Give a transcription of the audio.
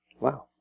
Wow